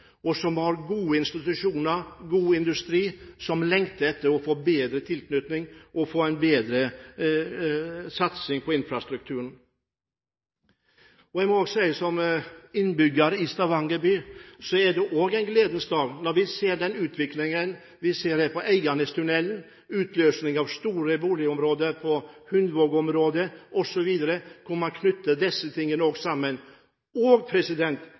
og som har gode institusjoner og god industri, men som lengter etter å få en bedre tilknytning og en bedre satsing på infrastrukturen. Jeg må som innbygger i Stavanger si at det er en gledens dag når vi ser denne utviklingen. Eiganestunnelen, utløsning av store boligområder i Hundvåg, osv., knytter disse tingene sammen.